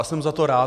A jsem za to rád.